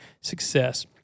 success